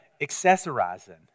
accessorizing